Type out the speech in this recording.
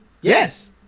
Yes